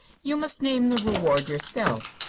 you must name the reward yourself.